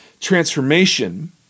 transformation